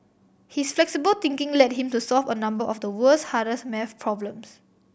his flexible thinking led him to solve a number of the world's hardest maths problems